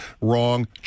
Wrong